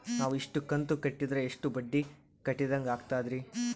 ನಾವು ಇಷ್ಟು ಕಂತು ಕಟ್ಟೀದ್ರ ಎಷ್ಟು ಬಡ್ಡೀ ಕಟ್ಟಿದಂಗಾಗ್ತದ್ರೀ?